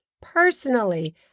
Personally